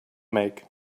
make